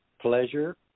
pleasure